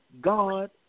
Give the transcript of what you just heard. God